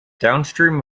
downstream